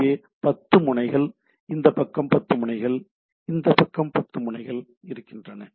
இங்கே 10 முனைகள் இந்த பக்கம் 10 முனைகள் இந்த பக்கம் 10 முனைகள் இருக்கின்றன